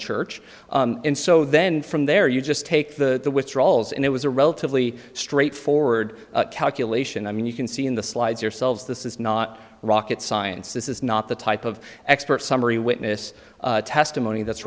church and so then from there you just take the withdrawals and it was a relatively straightforward calculation i mean you can see in the slides yourselves this is not rocket science this is not the type of expert summary witness testimony that's